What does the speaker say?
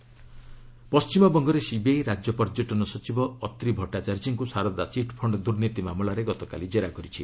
CBI west Bengal ପଣ୍ଟିମବଙ୍ଗରେ CBI ରାଜ୍ୟ ପର୍ଯ୍ୟଟନ ସଚିବ ଅତ୍ରି ଭଟ୍ଟାଚାର୍ଜୀଙ୍କୁ ଶାରଦା ଚିଟ୍ଫଶ୍ଡ ଦୁର୍ନୀତି ମାମଲାରେ ଗତକାଲି କେରା କରିଛି